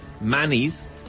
Manny's